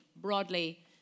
broadly